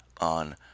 on